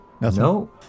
No